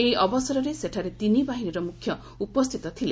ଏହି ଅବସରରେ ସେଠାରେ ତିନି ବାହିନୀର ମୁଖ୍ୟ ଉପସ୍ଥିତ ଥିଲେ